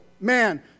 man